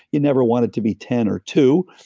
you never want it to be ten or two,